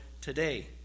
today